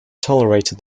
tolerated